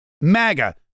MAGA